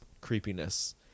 creepiness